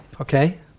Okay